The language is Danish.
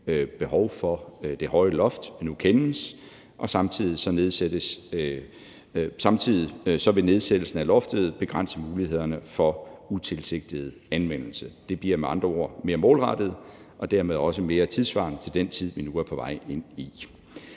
behov for det høje loft nu kendes, og samtidig vil nedsættelsen af loftet begrænse mulighederne for utilsigtet anvendelse. Det bliver med andre ord mere målrettet og dermed også mere tidssvarende i forhold til den tid, vi nu er på vej ind i.